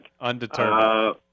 Undetermined